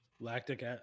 lactic